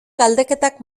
galdeketak